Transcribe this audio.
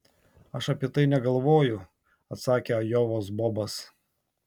aš apie tai negalvoju atsakė ajovos bobas